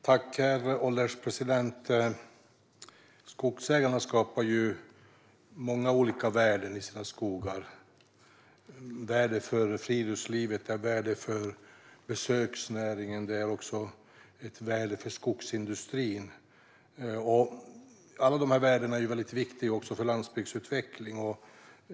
Herr ålderspresident! Skogsägarna skapar många olika värden i sina skogar - för friluftslivet, besöksnäringen och för skogsindustrin. Alla dessa värden är viktiga också för landsbygdsutveckling.